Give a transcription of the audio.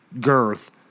girth